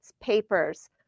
papers